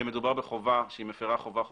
שמדובר בחובה, שהיא מפרה חובה חוקית.